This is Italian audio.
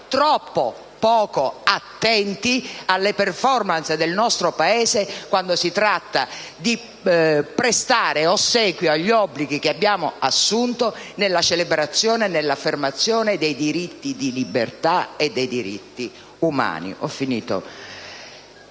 troppo poco attenti alle *performance* del nostro Paese quando si tratta di prestare ossequio agli obblighi che abbiamo assunto nella celebrazione e nell'affermazione dei diritti di libertà e dei diritti umani. Questo